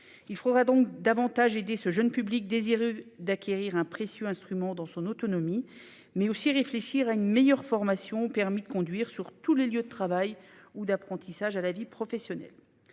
Il faudra donc davantage aider ce jeune public désireux d'acquérir un instrument précieux pour son autonomie, mais aussi réfléchir à une meilleure formation au permis de conduire sur tous les lieux de travail ou d'apprentissage à la vie professionnelle.